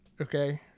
okay